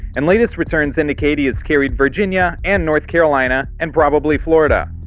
and latest returns indicate he has carried virginia and north carolina and probably florida.